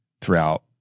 throughout